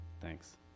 Thanks